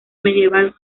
medieval